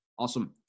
Awesome